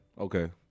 Okay